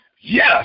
yes